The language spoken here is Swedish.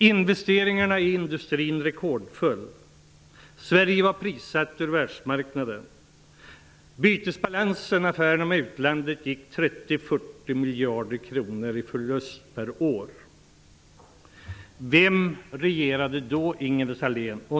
Investeringarna i industrin minskade rekordartat. 40 miljarder kronor i förlust per år. Vem regerade då, Ingela Thalén?